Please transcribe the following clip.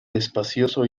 despacioso